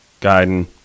guiding